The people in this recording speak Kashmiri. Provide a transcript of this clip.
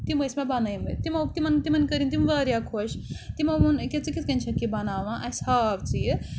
تِم ٲسۍ مےٚ بَنٲیمٕتۍ تِمو تِمَن تِمَن کٔرِنۍ تِم واریاہ خۄش تِمو ووٚن أکیٛاہ ژٕ کِتھ کٔنۍ چھَکھ یہِ بَناوان اَسہِ ہاو ژٕ یہِ